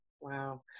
Wow